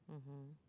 mmhmm